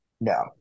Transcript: No